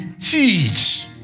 teach